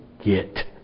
get